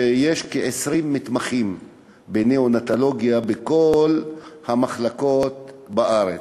שיש כ-20 מתמחים בנאונטולוגיה בכל המחלקות בארץ.